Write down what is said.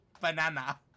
Banana